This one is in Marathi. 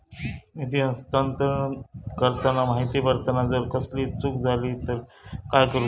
निधी हस्तांतरण करताना माहिती भरताना जर कसलीय चूक जाली तर काय करूचा?